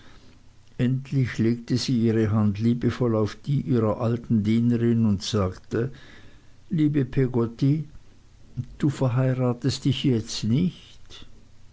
endlich legte sie ihre hand liebevoll auf die ihrer alten dienerin und sagte liebe peggotty du verheiratest dich jetzt nicht